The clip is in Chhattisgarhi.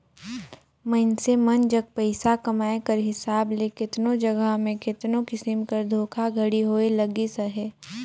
मइनसे मन जग पइसा कमाए कर हिसाब ले केतनो जगहा में केतनो किसिम कर धोखाघड़ी होए लगिस अहे